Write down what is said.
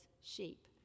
sheep